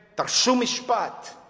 dirshu mishpat